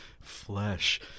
flesh